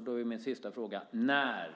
Då är min sista fråga: När